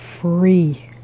free